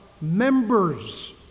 members